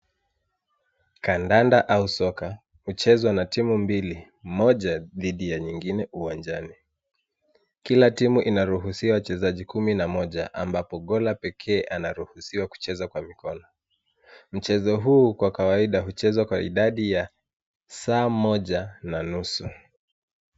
Kandanda au soka huchezwa na timu mbili. Moja dhidi ya nyingine uwanjani. Kila timu inaruhusiwa wachezaji kumi na moja, ambapo gola pekee anaruhusiwa kucheza kwa mikono. Mchezo huu kwa kawaida huchezwa kwa idadi ya saa moja na nusu.